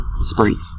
spring